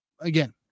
Again